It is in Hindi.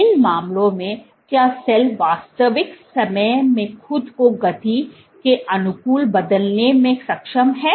इन मामलों में क्या सेल वास्तविक समय में खुद को गति के अनुकूल बदलने में सक्षम है